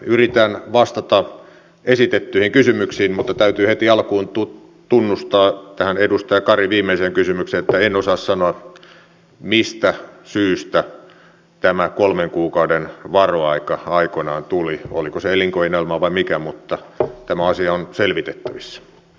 yritän vastata esitettyihin kysymyksiin mutta täytyy heti alkuun tähän edustaja karin viimeiseen kysymykseen tunnustaa että en osaa sanoa mistä syystä tämä kolmen kuukauden varoaika aikoinaan tuli oliko se elinkeinoelämä vai mikä mutta tämä asia on selvitettävissä